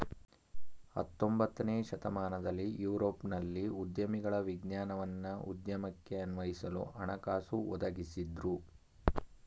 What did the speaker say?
ಹತೊಂಬತ್ತನೇ ಶತಮಾನದಲ್ಲಿ ಯುರೋಪ್ನಲ್ಲಿ ಉದ್ಯಮಿಗಳ ವಿಜ್ಞಾನವನ್ನ ಉದ್ಯಮಕ್ಕೆ ಅನ್ವಯಿಸಲು ಹಣಕಾಸು ಒದಗಿಸಿದ್ದ್ರು